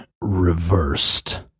reversed